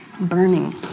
Burning